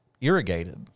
irrigated